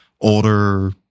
older